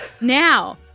Now